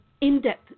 in-depth